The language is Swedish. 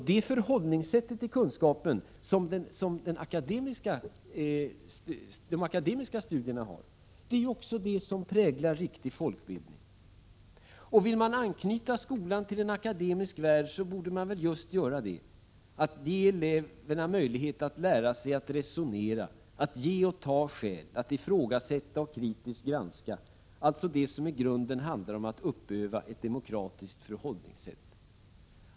Det förhållningssättet till kunskapen, som de akademiska studierna har, är också det som präglar riktig folkbildning. Vill man anknyta skolan till en akademisk värld borde man just ge eleverna möjlighet att lära sig att resonera, att ge och ta skäl, att ifrågasätta och kritiskt granska, alltså det som i grunden handlar om att uppöva ett demokratiskt förhållningssätt.